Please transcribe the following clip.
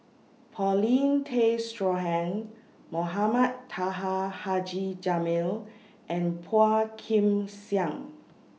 Paulin Tay Straughan Mohamed Taha Haji Jamil and Phua Kin Siang